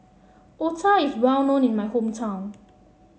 otah is well known in my hometown